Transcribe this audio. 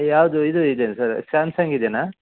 ಯಾವುದು ಇದು ಇದೆ ಅಲ್ಲ ಸರ್ ಸ್ಯಾಮ್ಸಂಗ್ ಇದೆಯಾ